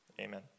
Amen